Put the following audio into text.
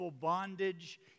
bondage